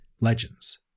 legends